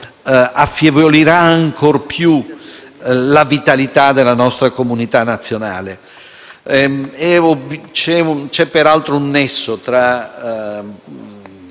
affievolirà ancora più la vitalità della nostra comunità nazionale. C'è, peraltro, un nesso tra